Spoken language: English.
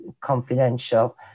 confidential